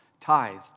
tithed